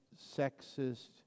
sexist